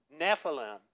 Nephilim